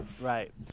right